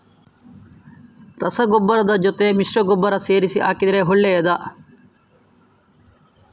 ರಸಗೊಬ್ಬರದ ಜೊತೆ ಮಿಶ್ರ ಗೊಬ್ಬರ ಸೇರಿಸಿ ಹಾಕಿದರೆ ಒಳ್ಳೆಯದಾ?